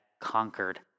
conquered